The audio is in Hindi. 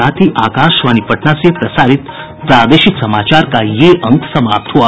इसके साथ ही आकाशवाणी पटना से प्रसारित प्रादेशिक समाचार का ये अंक समाप्त हुआ